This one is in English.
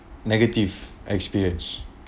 negative experience